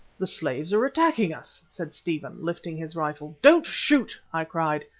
the slaves are attacking us, said stephen, lifting his rifle. don't shoot, i cried.